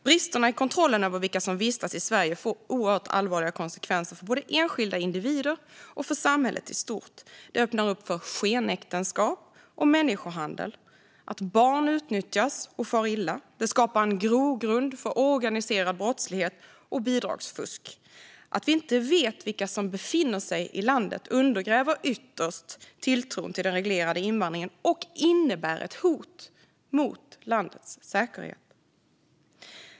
Bristerna i kontrollen över vilka som vistas i Sverige får mycket allvarliga konsekvenser för både enskilda individer och samhället i stort. Det öppnar upp för skenäktenskap och människohandel och för att barn utnyttjas och far illa, och det skapar en grogrund för organiserad brottslighet och bidragsfusk. Att vi inte vet vilka som befinner sig i landet undergräver ytterst tilltron till den reglerade invandringen och innebär ett hot mot landets säkerhet.